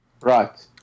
Right